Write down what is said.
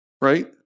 right